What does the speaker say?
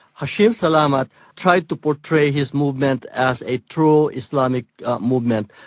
hashim salamat tried to portray his movement as a true islamic movement.